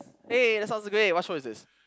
aye that sounds great what show is this